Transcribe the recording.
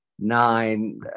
nine